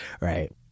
right